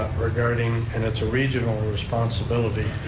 regarding, and it's a regional responsibility,